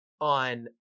on